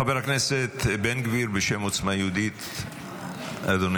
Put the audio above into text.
חבר הכנסת בן גביר, בשם עוצמה יהודית, אדוני.